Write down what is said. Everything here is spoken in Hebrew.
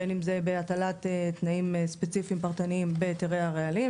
בין אם זה בהטלת תנאים ספציפיים פרטניים בהיתרי הרעלים,